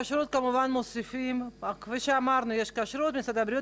כמה דברים בתחילת דבריי,